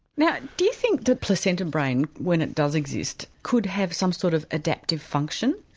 now do you think the placenta brain when it does exist could have some sort of adaptive function?